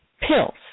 pills